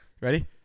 ready